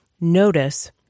notice